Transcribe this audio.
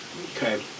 Okay